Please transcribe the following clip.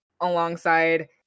alongside